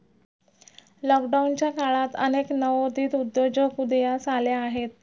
लॉकडाऊनच्या काळात अनेक नवोदित उद्योजक उदयास आले आहेत